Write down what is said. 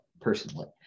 personally